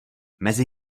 mezi